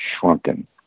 shrunken